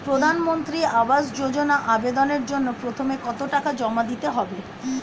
প্রধানমন্ত্রী আবাস যোজনায় আবেদনের জন্য প্রথমে কত টাকা জমা দিতে হবে?